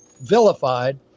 vilified